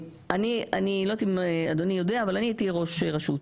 אני לא יודעת אם אדוני יודע אבל אני הייתי ראש רשות.